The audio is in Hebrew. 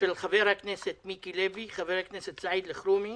של חבר הכנסת מיקי לוי וחבר הכנסת סעיד אלחרומי.